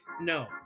No